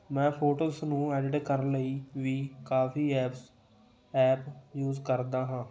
ਮੈਂ ਫੋਟੋਸ ਨੂੰ ਐਡਿਟ ਕਰਨ ਲਈ ਵੀ ਕਾਫੀ ਐਪਸ ਐਪ ਯੂਜ਼ ਕਰਦਾ ਹਾਂ